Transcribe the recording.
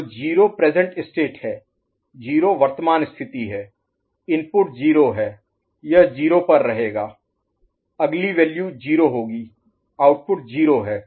तो 0 present state है 0 वर्तमान स्थिति है इनपुट 0 है यह 0 पर रहेगा अगली वैल्यू 0 होगी आउटपुट 0 है